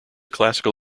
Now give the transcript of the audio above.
classical